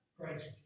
Christ